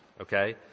Okay